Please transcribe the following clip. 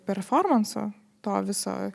performanso to viso